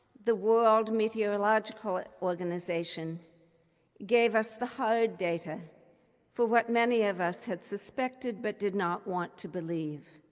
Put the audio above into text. the world meteorological organization gave us the hard data for what many of us had suspected but did not want to believe.